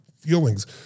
feelings